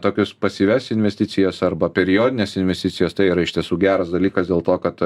tokius pasyvias investicijas arba periodines investicijas tai yra iš tiesų geras dalykas dėl to kad